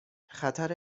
خطر